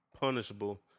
punishable